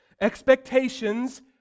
Expectations